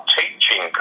teaching